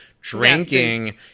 drinking